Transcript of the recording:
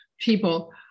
people